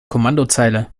kommandozeile